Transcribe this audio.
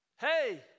Hey